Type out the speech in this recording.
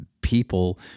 people